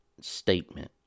statement